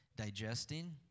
digesting